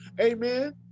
amen